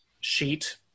sheet